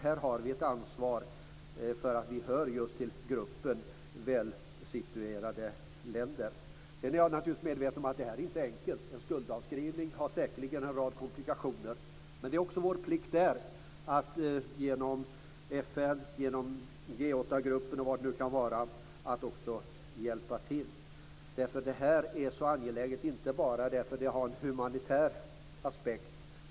Vi har ju ett ansvar, eftersom vi hör till gruppen välsituerade länder. Jag är naturligtvis medveten om att det här inte är enkelt. En skuldavskrivning medför säkerligen en rad komplikationer, men det är också vår plikt att genom t.ex. FN och G8-gruppen hjälpa till. Det här är inte bara angeläget därför att det finns en humanitär aspekt.